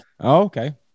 Okay